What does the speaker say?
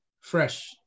fresh